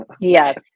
Yes